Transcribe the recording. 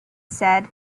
said